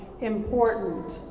important